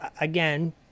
again